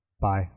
Bye